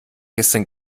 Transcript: gestern